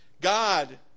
God